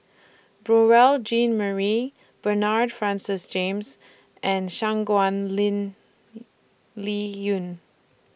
Beurel Jean Marie Bernard Francis James and Shangguan Ling Liuyun